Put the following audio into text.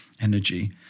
energy